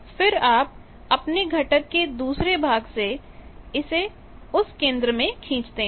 फिर आप अपने घटक के दूसरे भाग से उसे इस केंद्र में खींचते हैं